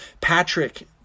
Patrick